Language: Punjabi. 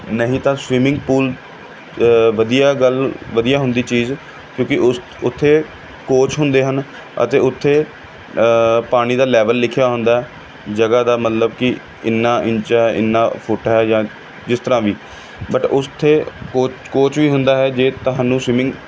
ਨਹੀਂ ਤਾਂ ਸਵੀਮਿੰਗ ਪੂਲ ਵਧੀਆ ਗੱਲ ਵਧੀਆ ਹੁੰਦੀ ਚੀਜ਼ ਕਿਉਂਕਿ ਉਸ ਉੱਥੇ ਕੋਚ ਹੁੰਦੇ ਹਨ ਅਤੇ ਉੱਥੇ ਪਾਣੀ ਦਾ ਲੈਵਲ ਲਿਖਿਆ ਹੁੰਦਾ ਜਗ੍ਹਾ ਦਾ ਮਤਲਬ ਕਿ ਇੰਨਾ ਇੰਚ ਹੈ ਇੰਨਾ ਫੁੱਟ ਹੈ ਜਾਂ ਜਿਸ ਤਰ੍ਹਾਂ ਵੀ ਬਟ ਉੱਥੇ ਕੋਚ ਕੋਚ ਵੀ ਹੁੰਦਾ ਹੈ ਜੇ ਤੁਹਾਨੂੰ ਸਵਿਮਿੰਗ